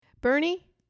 Bernie